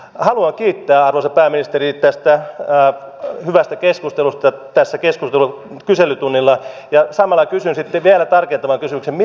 haluan kiittää arvoisa pääministeri tästä hyvästä keskustelusta täällä kyselytunnilla ja samalla kysyn sitten vielä tarkentavan kysymyksen